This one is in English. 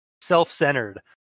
self-centered